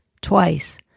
twice